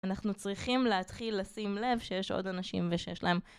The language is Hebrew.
אנחנו צריכים להתחיל לשים לב שיש עוד אנשים ושיש להם.